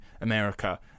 america